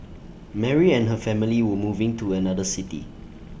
Mary and her family were moving to another city